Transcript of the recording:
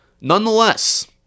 nonetheless